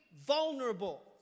vulnerable